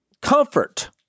comfort